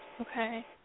Okay